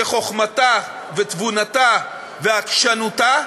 שחוכמתה, תבונתה ועקשנותה,